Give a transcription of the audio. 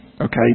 Okay